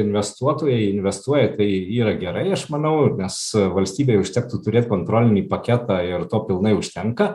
investuotojai investuoja tai yra gerai aš manau nes valstybei užtektų turėt kontrolinį paketą ir to pilnai užtenka